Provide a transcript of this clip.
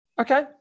Okay